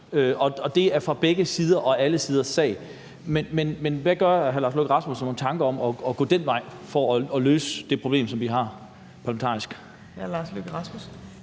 og det gælder for begge sider og for alle sider af sagen. Men gør hr. Lars Løkke Rasmussen sig nogen tanker om at gå den vej for at løse det problem, vi har